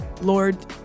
Lord